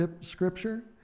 scripture